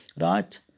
right